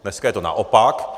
Dneska je to naopak.